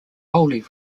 holy